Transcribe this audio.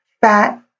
fat